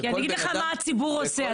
כי אני אגיד לך מה הציבור עושה.